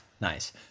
Nice